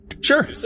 Sure